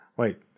Wait